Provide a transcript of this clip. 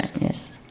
yes